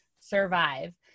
survive